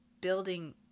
building